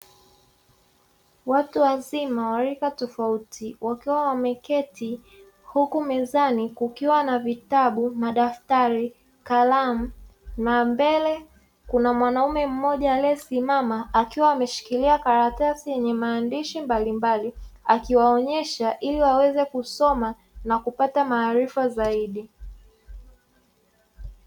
Watu wazima wa rika tofauti wakiwa wameketi huku mezani kukiwa na vitabu, madaftari, kalamu na mbele kuna mwanamume mmoja aliyesimama akiwa ameshikilia karatasi yenye maandishi mbalimbali akiwaonyesha ili waweze kusoma na kupata maarifa zaidi.